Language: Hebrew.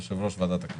יושב-ראש ועדת הכנסת,